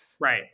Right